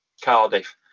Cardiff